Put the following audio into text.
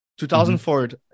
2004